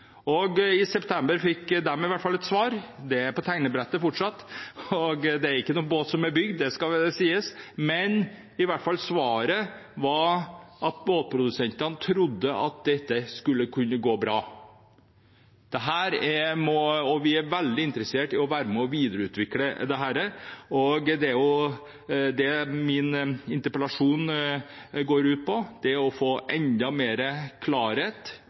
I september fikk de svar. Det er på tegnebrettet fortsatt, og det er ikke bygd noen båter – det skal sies. Men båtprodusentene trodde at det skulle gå bra. De er veldig interessert i å være med og videreutvikle dette, og det min interpellasjon går ut på, er å få enda mer klarhet,